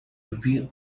review